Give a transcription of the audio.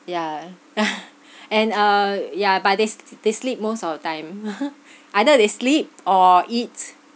yeah and uh yeah but they s~ they sleep most of the time either they sleep or eat